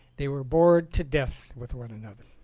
they were bored to death with one another.